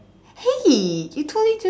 hey you totally just